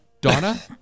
Donna